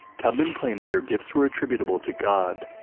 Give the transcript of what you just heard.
tubman claimed that her gifts were attributable to god,